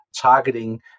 targeting